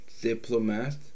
diplomat